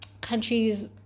countries